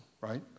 right